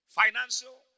financial